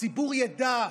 הציבור ידע,